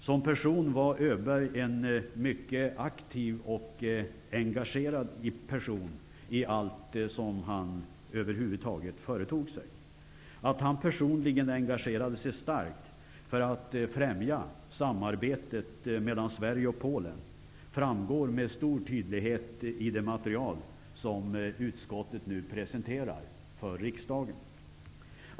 Som person var Öberg en mycket aktiv och engagerad person i allt som han över huvud taget företog sig. Att han personligen engagerade sig starkt för att främja samarbetet mellan Sverige och Polen framgår med stor tydlighet i det material som utskottet nu presenterar för riksdagen.